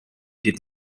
did